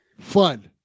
fun